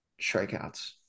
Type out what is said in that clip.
strikeouts